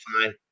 fine